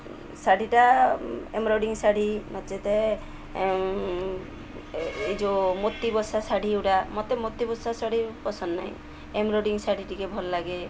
ଶାଢ଼ୀଟା ଏମ୍ବରୋଡ଼ରି ଶାଢ଼ୀ ଏଇ ଯୋଉ ମୋତି ବସା ଶାଢ଼ୀ ଗୁଡ଼ା ମୋତେ ମୋତି ବସା ଶାଢ଼ୀ ପସନ୍ଦ ନାହିଁ ଏମ୍ବରୋଡ଼ରି ଶାଢ଼ୀ ଟିକେ ଭଲ ଲାଗେ